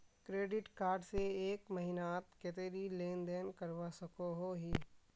Credit card से एक महीनात कतेरी लेन देन करवा सकोहो ही?